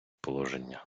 положення